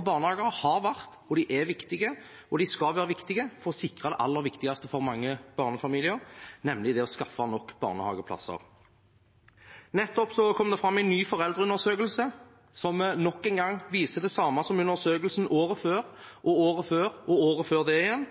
barnehager har vært, er og skal være viktige for å sikre det aller viktigste for mange barnefamilier – nemlig det å skaffe nok barnehageplasser. Det kom nettopp fram i en ny foreldreundersøkelse, som nok en gang viser det samme som undersøkelsen året før og året før og året før det igjen,